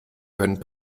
können